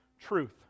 truth